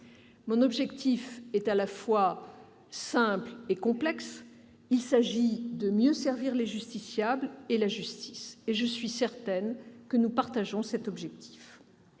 Mon objectif est à la fois simple et complexe : il s'agit de mieux servir les justiciables et la justice. Je suis certaine que nous le partageons. Sur certains